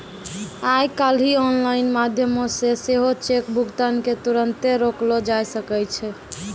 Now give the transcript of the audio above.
आइ काल्हि आनलाइन माध्यमो से सेहो चेक भुगतान के तुरन्ते रोकलो जाय सकै छै